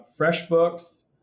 FreshBooks